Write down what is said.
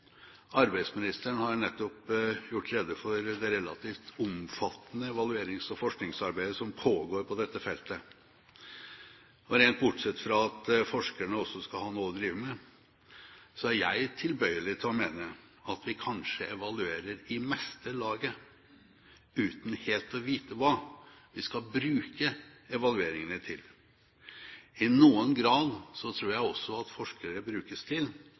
Arbeidsministeren har nettopp gjort rede for det relativt omfattende evaluerings- og forskningsarbeidet som pågår på dette feltet. Rent bortsett fra at forskerne også skal ha noe å drive med, er jeg tilbøyelig til å mene at vi kanskje evaluerer i meste laget uten helt å vite hva vi skal bruke evalueringene til. I noen grad tror jeg også at forskere brukes til